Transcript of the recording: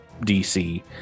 DC